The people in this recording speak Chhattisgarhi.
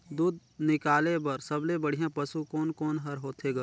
दूध निकाले बर सबले बढ़िया पशु कोन कोन हर होथे ग?